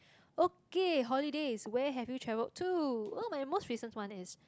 okay holidays where have you travelled to oh my most recent one is